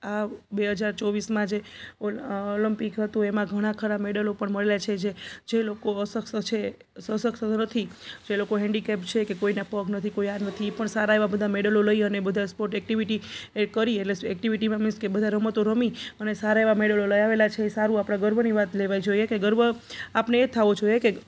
આ બે હજાર ચોવીસમાં જે ઓલ ઓલમ્પિક હતું એમાં ઘણાં ખરા મેડલો પણ મળેલા છે જે જ લોકો અસક્ષમ છે સશક્ત નથી જે લોકો હેન્ડીકેપ છે કે કોઈના પગ નથી કોઈ આ નથી એ પણ સારા એવા બધા મેડલો લઈ અને બધા સ્પોટ એક્ટીવીટી એ કરી એટલે શું એકટીવિટીમાં મિન્સ કે બધા રમતો રમી અને સારા એવા મેડલો લઈ આવેલા છે એ સારું આપણે ગર્વની વાત લેવાય જોઈએ કે ગર્વ આપને એ થાવો જોઈએ કે